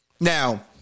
Now